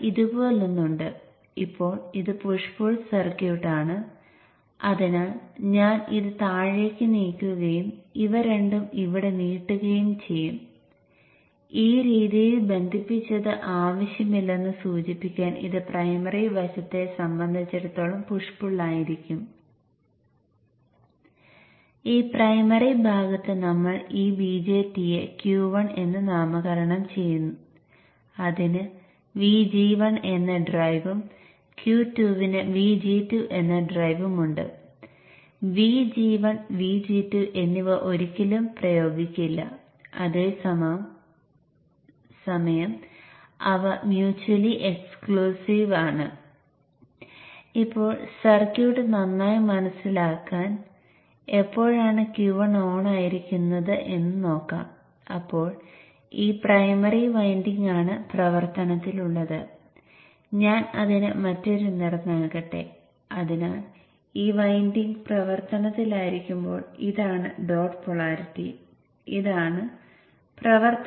അത്തരമൊരു ബ്രിഡ്ജിനെ half bridge എന്ന് വിളിക്കുന്നു കാരണം ഫുൾ ബ്രിഡ്ജിന്റെ കാര്യത്തിൽ പറഞ്ഞ പോലെ നിങ്ങൾക്ക് 4 സ്വിച്ചുകൾക്കുപകരം നിങ്ങൾക്ക് ഹാഫ് ബ്രിഡ്ജസ് ഉണ്ട് അഥവാ സ്വിച്ചുകൾ അതിനാൽ ഹാഫ് ബ്രിഡ്ജ്